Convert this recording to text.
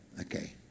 Okay